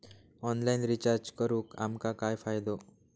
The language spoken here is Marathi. ऑनलाइन रिचार्ज करून आमका काय फायदो?